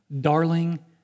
darling